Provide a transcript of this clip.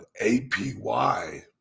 APY